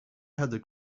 header